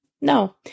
No